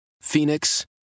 Phoenix